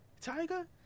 Tiger